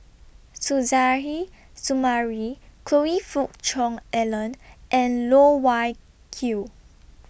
Suzairhe Sumari Choe Fook Cheong Alan and Loh Wai Kiew